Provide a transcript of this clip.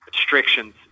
restrictions